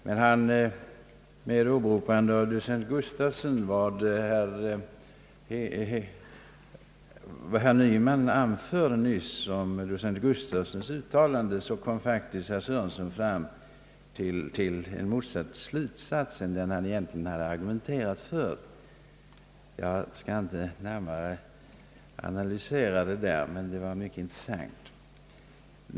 När han med åberopande av vad herr Nyman nyss anförde om docent Gustafssons uttalande kom fram till en slutsats, var det faktiskt motsatsen till vad han egentligen hade argumenterat för. Jag skall inte närmare analysera detta, men det var mycket intressant.